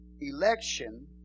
Election